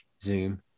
Zoom